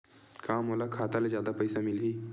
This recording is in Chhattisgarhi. का मोला खाता से जादा पईसा मिलही?